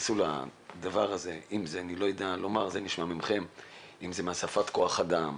נכנסו לנושא הזה אם זה הוספת כוח אדם